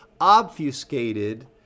obfuscated